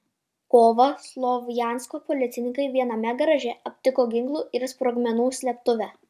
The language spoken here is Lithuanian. kovą slovjansko policininkai viename garaže aptiko ginklų ir sprogmenų slėptuvę